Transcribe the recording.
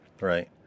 right